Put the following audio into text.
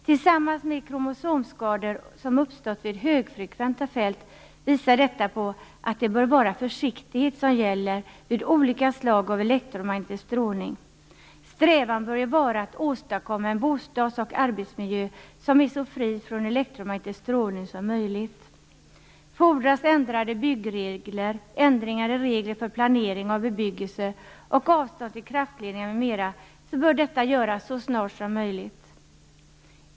Tillsammans med att kromosomskador uppstått vid högfrekventa fält visar detta att försiktighet bör gälla vid olika slag av elektromagnetisk strålning. Strävan bör vara att åstadkomma en bostads och arbetsmiljö som så långt det är möjligt är fri från elektromagnetisk strålning. Fordras ändrade byggregler, ändringar i regler för planering av bebyggelse och avstånd till kraftledningar m.m. bör detta göras så snart som möjligt.